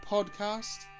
Podcast